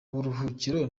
buruhukiro